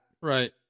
right